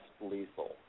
lethal